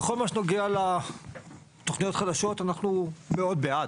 בכל מה שנוגע לתוכניות החדשות אנחנו מאוד בעד,